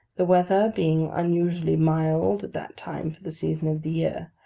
the weather being unusually mild at that time for the season of the year,